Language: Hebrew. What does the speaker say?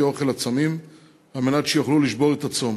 אוכל לצמים על מנת שיוכלו לשבור את הצום